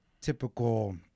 typical